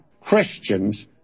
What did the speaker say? Christians